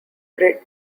grid